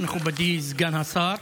מכובדי סגן השר.